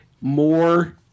more